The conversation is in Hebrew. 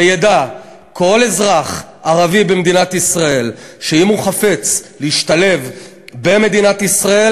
וידע כל אזרח ערבי במדינת ישראל שאם הוא חפץ להשתלב במדינת ישראל,